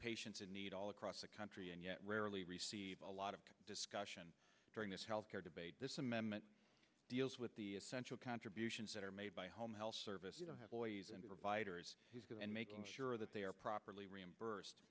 patients in need all across the country and yet rarely receive a lot of discussion during this health care debate this amendment deals with the essential contributions that are made by home health service you don't have lawyers and providers and making sure that they are properly reimbursed